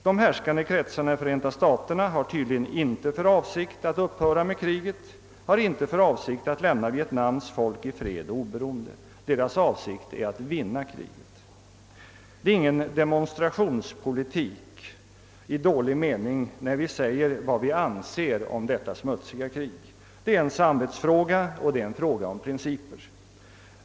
De härskande kretsarna i Förenta staterna har tydligen inte för avsikt att upphöra med kriget och inte heller att lämna Vietnams folk i fred och oberoende. Deras avsikt är att vinna kriget. Det är ingen demonstrationspolitik när vi säger vad vi anser om detta smutsiga krig. Det är en samvetsfråga och en fråga om principer.